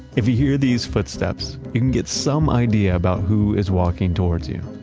if you hear these footsteps, you can get some idea about who is walking towards you.